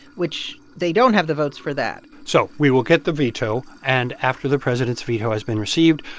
which they don't have the votes for that so we will get the veto. and after the president's veto has been received,